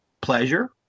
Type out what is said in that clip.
Pleasure